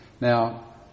Now